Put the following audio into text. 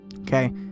okay